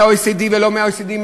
מה-OECD ולא מה-OECD,